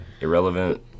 Irrelevant